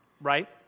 right